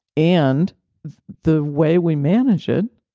and the way we manage it,